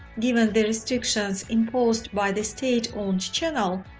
given the restrictions imposed by the state-owned channel,